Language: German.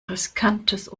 riskantes